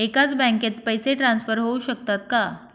एकाच बँकेत पैसे ट्रान्सफर होऊ शकतात का?